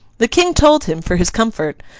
the king told him, for his comfort,